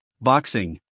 boxing